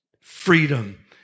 freedom